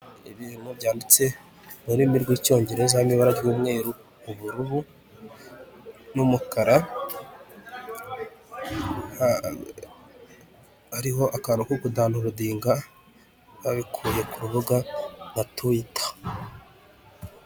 Ibi byanditse mu rurimi rw'icyongereza n'ibara ry'umweru, ubururu n'umukara. Hariho akantu ko kudawunirodinga babikuye ku rubuga na tuwita.